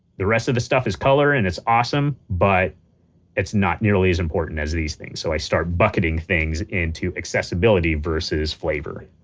the rest of the stuff is color and it's awesome, but it's not nearly as important as these things, so i start bucketing things into accessibility versus flavor.